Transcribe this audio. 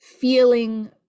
feeling